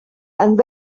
and